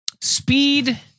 Speed